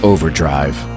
Overdrive